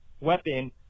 weapon